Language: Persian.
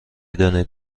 دانید